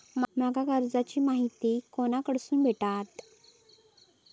माका कर्जाची माहिती कोणाकडसून भेटात?